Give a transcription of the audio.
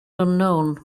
unknown